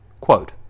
Quote